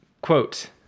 Quote